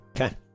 Okay